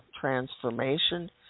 transformation